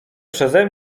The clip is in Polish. przeze